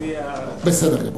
בסדר גמור.